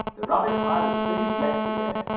the rabbit-pie was finished yesterday.